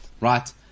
right